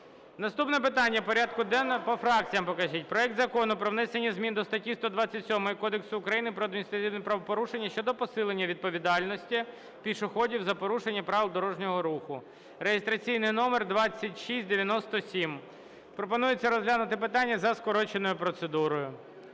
Наступне питання порядку денного. (По фракціям покажіть) Проект Закону про внесення змін до статті 127 Кодексу України про адміністративні правопорушення щодо посилення відповідальності пішоходів за порушення правил дорожнього руху (реєстраційний номер 2697). Пропонується розглянути питання за скороченою процедурою.